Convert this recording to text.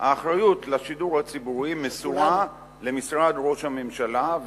האחריות לשידור הציבורי מסורה למשרד ראש הממשלה,